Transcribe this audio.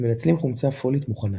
הם מנצלים חומצה פולית מוכנה.